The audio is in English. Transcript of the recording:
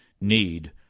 need